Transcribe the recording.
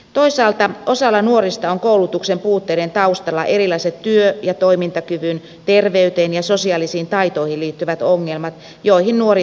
toisaalta osalla nuorista on koulutuksen puutteiden taustalla erilaiset työ ja toimintakykyyn terveyteen ja sosiaalisiin taitoihin liittyvät ongelmat joihin nuori tarvitsee kuntoutusta